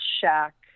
shack